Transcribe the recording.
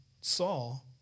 Saul